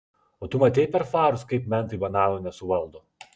o tu matei per farus kaip mentai bananų nesuvaldo